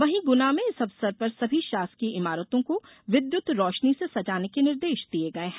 वहीं गुना में इस अवसर पर सभी शासकीय इमारतों को विद्युत रोशनी से सजाने के निर्देश दिये गये हैं